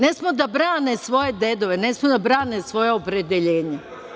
Ne smeju da brane svoje dedove, ne smeju da brane svoje opredeljenje.